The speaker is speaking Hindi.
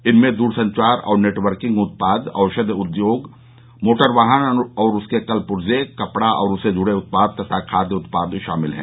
इनमें द्रसंचार और नेटवर्किंग उत्पाद औषधि उद्योग मोटर वाहन और उसके कल पूर्ज कपड़ा और उससे जुडे उत्पाद तथा खाद्य उत्पाद शामिल हैं